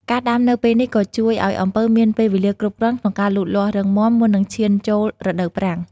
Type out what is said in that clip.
ការដាំនៅពេលនេះក៏ជួយឱ្យអំពៅមានពេលវេលាគ្រប់គ្រាន់ក្នុងការលូតលាស់រឹងមាំ មុននឹងឈានចូលរដូវប្រាំង។